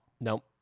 Nope